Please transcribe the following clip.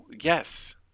yes